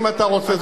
אם אתה רוצה,